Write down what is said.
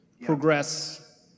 progress